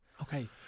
Okay